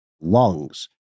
lungs